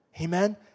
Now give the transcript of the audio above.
Amen